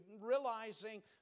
realizing